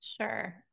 Sure